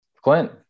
Clint